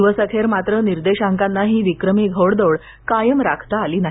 दिवसअखेर मात्र निर्देशांकांना ही विक्रमी घोडदौड कायम राखता आली नाही